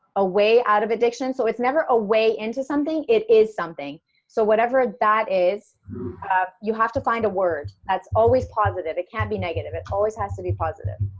a way out of addiction so it's never away into something it is something so whatever that is you have to find a word that's always positive it can be negative it always has to be positive